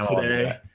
today